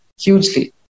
hugely